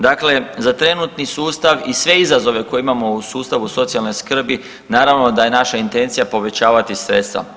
Dakle, za trenutni sustav i sve izazove koje imamo u sustavu socijalne skrbi naravno da je naša intencija povećavati sredstva.